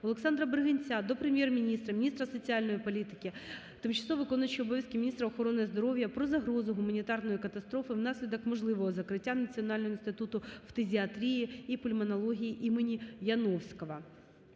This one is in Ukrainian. Олександра Бригинця до Прем'єр-міністра, міністра соціальної політики, тимчасово виконуючої обов'язки міністра охорони здоров'я про загрозу гуманітарної катастрофи внаслідок можливого закриття Національного інституту фтизіатрії і пульмонології імені Яновського.